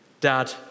Dad